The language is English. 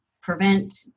prevent